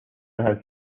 nähes